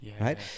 right